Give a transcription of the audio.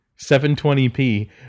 720p